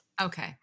Okay